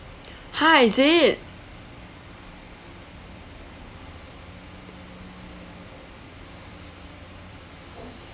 ha is it